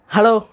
Hello